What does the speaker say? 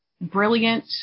brilliant